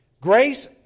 Grace